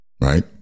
right